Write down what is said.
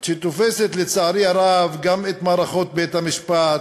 שתופסת לצערי הרב גם את מערכות בית-המשפט,